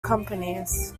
companies